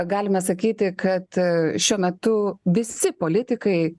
galime sakyti kad šiuo metu visi politikai